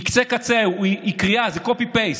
היא קצה קצה, היא קריאה, זה קופי-פייסט